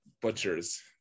butchers